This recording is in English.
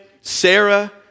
Sarah